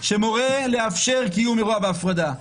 שמורה לאפשר קיום אירוע בהפרדה,